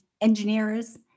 engineers